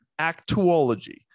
Actuology